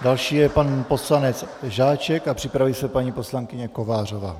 Další je pan poslanec Žáček a připraví se paní poslankyně Kovářová.